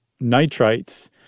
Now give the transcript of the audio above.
nitrites